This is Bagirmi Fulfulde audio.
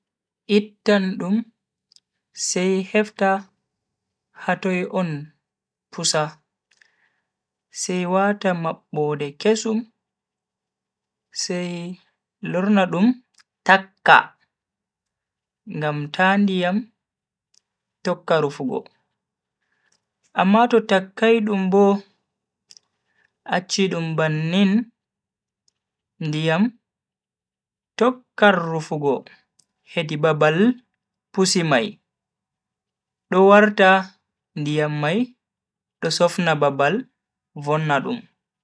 Ittan dum sai hefta hatoi on pusa, sai wata mabbode kesum sai lorna dum takka ngam ta ndiyam tokka rufugo. amma to takkai dum bo, acchi dum bannin, ndiyam tokkan rufugo hedi babal pusi mai do warta ndiyam mai do sofna babal vonna dum.